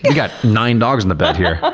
got nine dogs in the bed here,